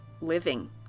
living